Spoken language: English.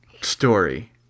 story